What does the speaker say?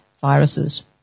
viruses